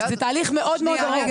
זה תהליך מאוד מאוד ארוך.